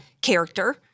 character